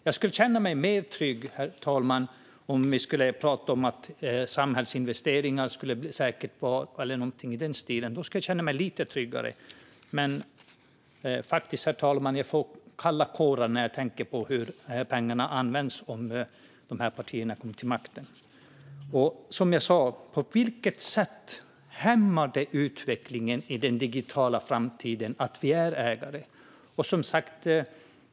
Jag skulle känna mig tryggare om vi pratade om samhällsinvesteringar eller något i den stilen. Faktiskt, herr talman, får jag kalla kårar när jag tänker på hur pengarna används om de här partierna kommer till makten. Som jag sa: På vilket sätt hämmar det utvecklingen i den digitala framtiden att vi är ägare?